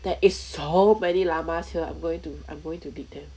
there is so many llamas here I'm going to I'm going to dig them